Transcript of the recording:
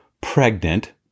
pregnant